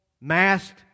masked